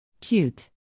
Cute